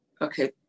okay